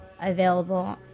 available